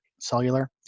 cellular